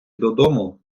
додому